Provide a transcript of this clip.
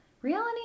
Reality